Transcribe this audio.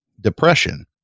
depression